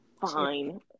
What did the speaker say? Fine